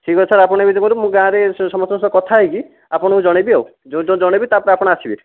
ଠିକ ଅଛି ସାର୍ ଆପଣ ଏମିତି କରନ୍ତୁ ମୁଁ ଗାଁରେ ସେ ସମସ୍ତଙ୍କ ସହିତ କଥା ହୋଇକି ଆପଣଙ୍କୁ ଜଣାଇବି ଆଉ ଯେଉଁଦିନ ଜଣାଇବି ତା ପରେ ଆପଣ ଆସିବେ